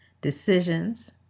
decisions